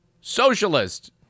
socialist